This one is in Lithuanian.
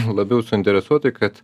labiau suinteresuoti kad